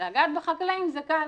ולגעת בחקלאים זה קל.